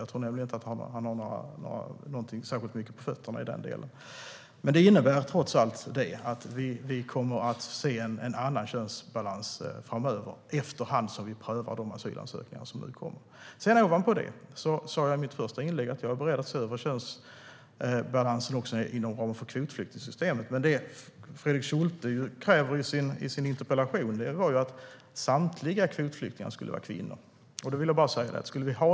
Jag tror nämligen inte att han har särskilt mycket på fötterna i den delen. Vi kommer att se en annan könsbalans framöver, efter hand som vi prövar de asylansökningar som nu kommer in. Jag sa i mitt första inlägg att jag är beredd att se över könsbalansen också inom ramen för kvotflyktingssystemet. Men det Fredrik Schulte kräver i sin interpellation är att samtliga kvotflyktingar ska vara kvinnor.